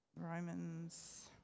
Romans